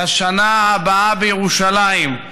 'לשנה הבאה בירושלים',